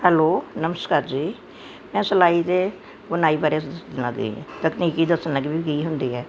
hello ਨਮਸਕਾਰ ਜੀ ਮੈਂ ਸਿਲਾਈ ਅਤੇ ਬੁਣਾਈ ਬਾਰੇ ਦੱਸਣਾ ਤੀ ਤਕਨੀਕੀ ਦੱਸਣ ਲੱਗੀ ਵੀ ਕੀ ਹੁੰਦੀ ਹੈ